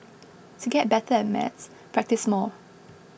to get better at maths practise more